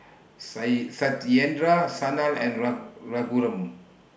Satyendra Sanal and Raghuram